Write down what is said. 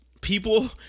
people